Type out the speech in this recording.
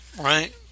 right